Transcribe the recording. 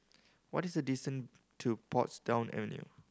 what is the to Portsdown Avenue